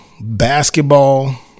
basketball